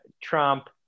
Trump